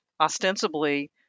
ostensibly